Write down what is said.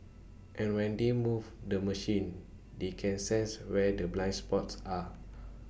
and when they move the machine they can sense where the blind spots are